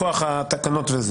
מכוח התקנות,